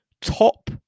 top